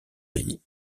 pays